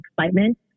excitement